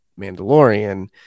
Mandalorian